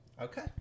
Okay